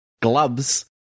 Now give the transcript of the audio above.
gloves